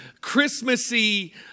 Christmassy